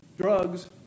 drugs